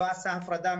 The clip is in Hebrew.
לא עשה הפרדה.